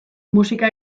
musika